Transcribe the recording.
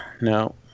No